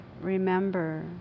remember